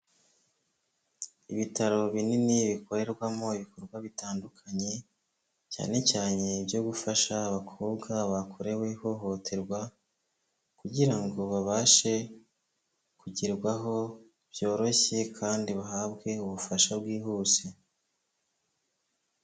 Ibitaro binini bikorerwamo ibikorwa bitandukanye, cyane cyane ibyo gufasha abakobwa bakorewe ihohoterwa, kugira ngo babashe kugerwaho byoroshye kandi bahabwe ubufasha bwihuse.